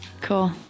Cool